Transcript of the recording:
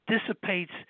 dissipates